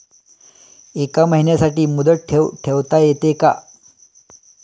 एका महिन्यासाठी मुदत ठेव ठेवता येते का?